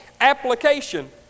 application